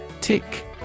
Tick